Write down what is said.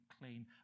clean